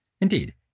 Indeed